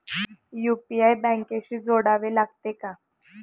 UPI बँकेशी जोडावे लागते का?